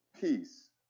Peace